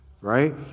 right